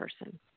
person